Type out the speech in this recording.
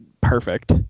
perfect